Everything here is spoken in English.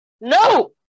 No